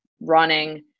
running